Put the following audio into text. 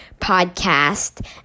podcast